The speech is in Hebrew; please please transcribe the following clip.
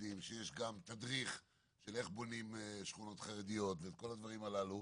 חרדיים שיש גם תדריך של איך בונים שכונות חרדיות וכל הדברים הללו